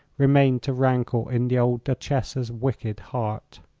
remained to rankle in the old duchessa's wicked heart.